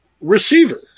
receiver